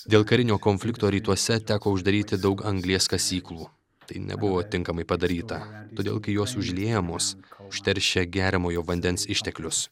dėl karinio konflikto rytuose teko uždaryti daug anglies kasyklų tai nebuvo tinkamai padaryta todėl kai jos užliejamos užteršia geriamojo vandens išteklius